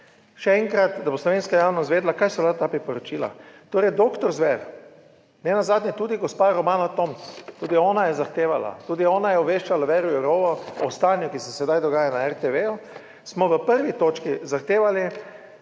Še enkrat, da bo slovenska javnost vedela, kaj so bila ta priporočila. Torej, doktor Zver, ne nazadnje tudi gospa Romana Tomc, tudi ona je zahtevala, tudi ona je obveščala Věro Jourovo o stanju, ki se sedaj dogaja na RTV, smo v 1. točki zahtevali,